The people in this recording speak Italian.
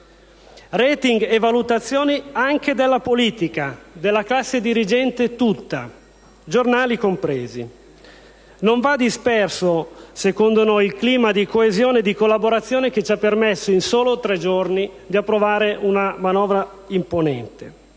*Rating* e valutazioni anche della politica, di tutta la classe dirigente, giornali compresi. Non va disperso, secondo noi, il clima di coesione e di collaborazione che ci ha permesso in soli tre giorni di approvare una manovra imponente.